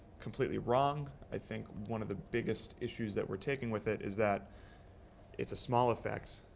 completely wrong. i think one of the biggest issues that we're taking with it is that it's a small effect,